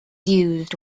used